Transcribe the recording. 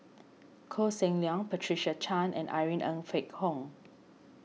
Koh Seng Leong Patricia Chan and Irene Ng Phek Hoong